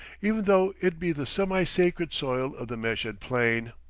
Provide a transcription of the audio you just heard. even though it be the semi-sacred soil of the meshed plain.